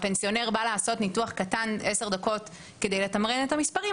הפנסיונר בא לעשות ניתוח קטן עשר דקות כדי לתמרן את המספרים,